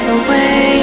away